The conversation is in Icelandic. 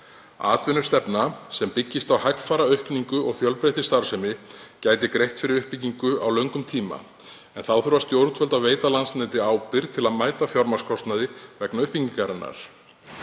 Atvinnustefna sem byggist á hægfara aukningu og fjölbreyttri starfsemi gæti greitt fyrir uppbyggingu á löngum tíma en þá þurfa stjórnvöld að veita Landsneti ábyrgð til að mæta fjármagnskostnaði vegna uppbyggingarinnar.